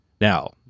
now